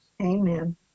Amen